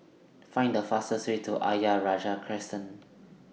Find The fastest Way to Ayer Rajah Crescent